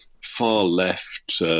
far-left